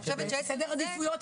זה סדר עדיפויות,